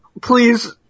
please